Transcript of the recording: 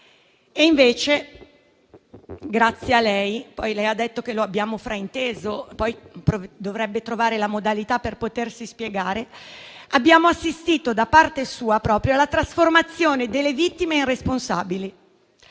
Invece, grazie a lei - lei ha detto che l'abbiamo fraintesa, ma poi dovrebbe trovare la modalità per potersi spiegare - abbiamo assistito alla trasformazione delle vittime in responsabili.